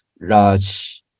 large